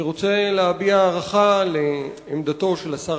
אני רוצה להביע הערכה לעמדתו של השר